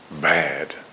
bad